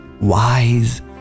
wise